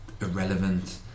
irrelevant